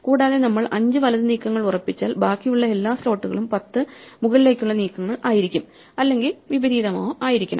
കൂടാതെ നമ്മൾ 5 വലത് നീക്കങ്ങൾ ഉറപ്പിച്ചാൽ ബാക്കിയുള്ള എല്ലാ സ്ലോട്ടുകളും 10 മുകളിലേക്കുള്ള നീക്കങ്ങൾ ആയിരിക്കും അല്ലെങ്കിൽ വിപരീതമോ ആയിരിക്കണം